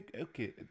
okay